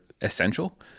essential